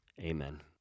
Amen